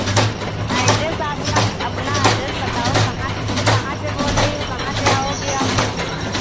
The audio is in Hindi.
एड्रेस अपना अपना एड्रेस बताओ कहाँ कहाँ से बोल रही हो कहाँ से आओगी आप